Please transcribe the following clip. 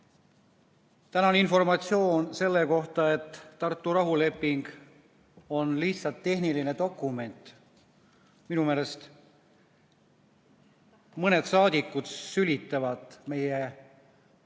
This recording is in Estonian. Tänane informatsioon selle kohta, et Tartu rahuleping on lihtsalt tehniline dokument – minu meelest mõned saadikud sülitavad meie esiisade